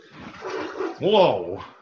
Whoa